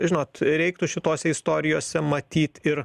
žinot reiktų šitose istorijose matyt ir